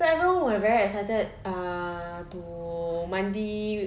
so everyone were very excited uh to mandi